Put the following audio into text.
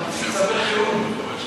להוציא צווי חירום.